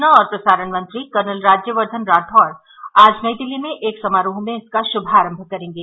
सूचना और प्रसारण मंत्री कर्नल राज्यवर्धन रावौड़ आज नई दिल्ली में एक समारोह में इसका शुभारंभ करेंगे